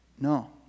No